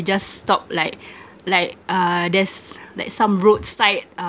just stop like like uh there's like some roadside uh